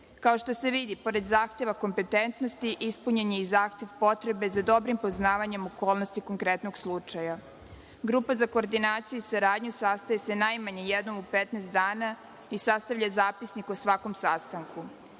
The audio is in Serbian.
Kao što se vidi, pored zahteva kompetentnosti, ispunjen je i zahtev potrebe za dobrim poznavanjem okolnosti konkretnog slučaja. Grupa za koordinaciju i saradnju sastaje se najmanje jednom u 15 dana i sastavlja zapisnik o svakom sastanku.